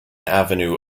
avenue